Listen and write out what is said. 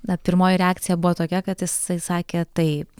na pirmoji reakcija buvo tokia kad jisai sakė taip